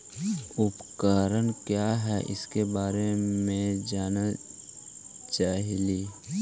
उपकरण क्या है इसके बारे मे जानल चाहेली?